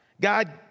God